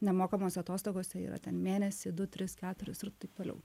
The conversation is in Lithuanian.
nemokamose atostogose yra ten mėnesį du tris keturis ir taip toliau